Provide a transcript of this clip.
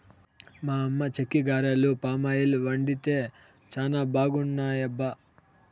మా అమ్మ చెక్కిగారెలు పామాయిల్ వండితే చానా బాగున్నాయబ్బా